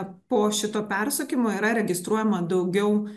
po šito persukimo yra registruojama daugiau